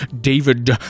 David